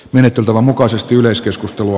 menettelytavan mukaisesti yleiskeskustelua